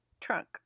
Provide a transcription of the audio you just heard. trunk